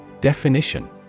Definition